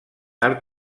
arc